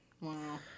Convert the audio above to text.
Wow